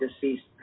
deceased